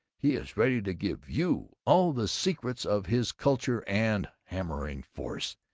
he is ready to give you all the secrets of his culture and hammering force,